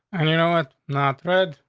and you know what? not read.